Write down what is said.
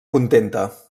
contenta